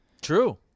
True